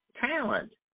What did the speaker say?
Talent